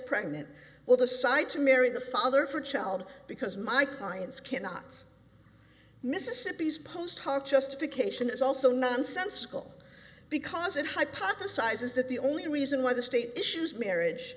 pregnant will decide to marry the father for child because my clients cannot mississippi's post hoc justification is also nonsensical because it hypothesizes that the only reason why the state issues